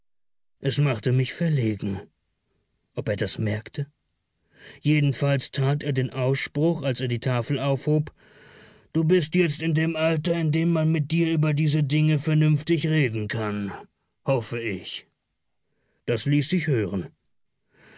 es machte mich verlegen ob er das merkte jedenfalls tat er den ausspruch als er die tafel aufhob du bist jetzt in dem alter in dem man mit dir über diese dinge vernünftig reden kann hoffe ich das ließ sich hören